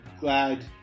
Glad